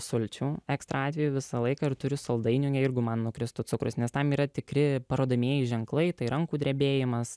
sulčių ekstra atveju visą laiką ir turiu saldainių nu irgi man nukristų cukrus nes tam yra tikri parodomieji ženklai tai rankų drebėjimas